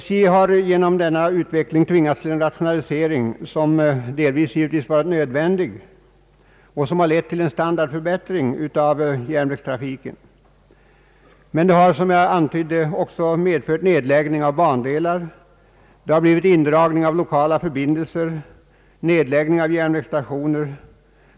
SJ har genom denna utveckling tvingats till en rationalisering, som delvis har varit nödvändig och som har lett till en standardförbättring av järnvägstrafiken men som också — vilket jag antydde — har medfört nedläggningar av bandelar, indragning av lokala förbindelser och nedläggningar av järnvägsstationer.